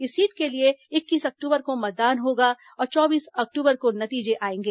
इस सीट के लिए इक्कीस अक्टूबर को मतदान होगा और चौबीस अक्टूबर को नतीजे आएंगे